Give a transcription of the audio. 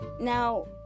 now